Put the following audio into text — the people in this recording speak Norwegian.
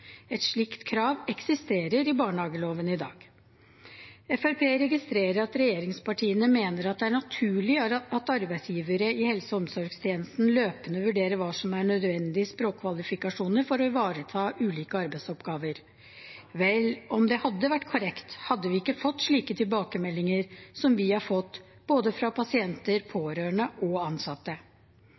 Et slik krav eksisterer i barnehageloven i dag. Fremskrittspartiet registrerer at regjeringspartiene mener at det er naturlig at arbeidsgivere i helse- og omsorgstjenesten løpende vurderer hva som er nødvendige språkkvalifikasjoner for å ivareta ulike arbeidsoppgaver. Vel, om det hadde vært korrekt, hadde vi ikke fått slike tilbakemeldinger som vi har fått både fra pasienter, pårørende og ansatte.